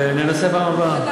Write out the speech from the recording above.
ננסה בפעם הבאה.